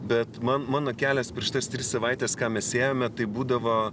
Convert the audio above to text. bet man mano kelias per šitas tris savaites ką mes ėjome tai būdavo